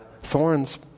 thorns